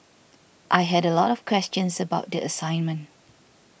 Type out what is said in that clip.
I had a lot of questions about the assignment